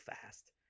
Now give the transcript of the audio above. fast